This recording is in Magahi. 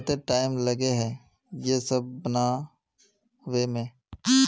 केते टाइम लगे है ये सब बनावे में?